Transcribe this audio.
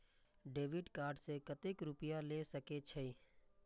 Debit card से कतेक रूपया ले सके छै?